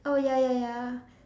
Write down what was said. oh ya ya ya